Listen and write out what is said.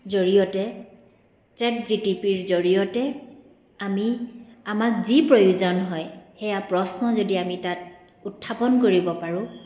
জৰিয়তে চেট জিটিপিৰ জৰিয়তে আমি আমাক যি প্ৰয়োজন হয় সেয়া প্ৰশ্ন যদি আমি তাত উত্থাপন কৰিব পাৰোঁ